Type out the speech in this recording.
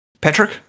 patrick